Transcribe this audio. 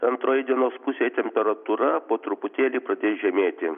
antroj dienos pusėj temperatūra po truputėlį pradės žemėti